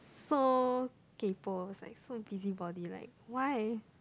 so kaypoh like so busybody like why